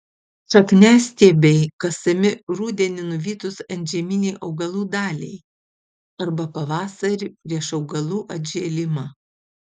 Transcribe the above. šakniastiebiai kasami rudenį nuvytus antžeminei augalų daliai arba pavasarį prieš augalų atžėlimą